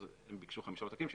הם ביקשו חמישה עותקים.